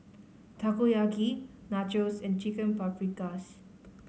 Takoyaki Nachos and Chicken Paprikas